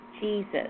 Jesus